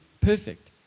perfect